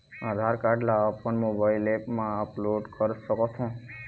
आधार card ला अपन mobile app मा अपलोड कर सकथों?